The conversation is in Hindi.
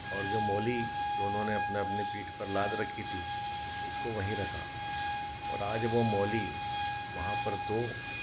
और जो मौली दोनों ने अपने अपने पीठ पर लाद रखी थी उसको वहीं रखा और आज वो मौली वहाँ पर दो